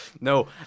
no